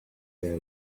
their